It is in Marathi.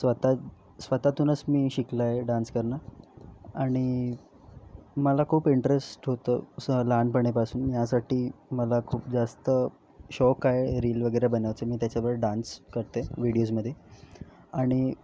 स्वतः स्वतःतूनच मी शिकलो डान्स करणं आणि मला खूप इंटरेस्ट होतं असं लहानपणीपासून यासाठी मला खूप जास्त शौक आहे रिल वगैरे बनवायचं मी त्याच्यावर डान्स करते व्हिडिओजमध्ये आणि